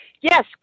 Yes